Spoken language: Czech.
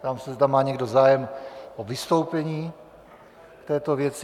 Ptám se, zda má někdo zájem o vystoupení v této věci.